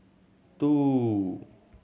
two